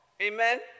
Amen